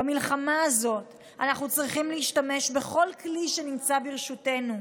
במלחמה הזאת אנחנו צריכים להשתמש בכל כלי שנמצא ברשותנו,